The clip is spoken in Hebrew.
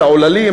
העוללים?